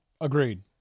Agreed